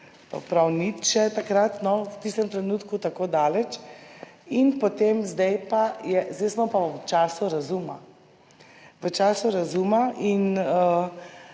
nič še takrat, no, v tistem trenutku tako daleč. Zdaj smo pa v času razuma,